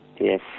Yes